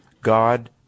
God